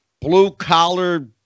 blue-collar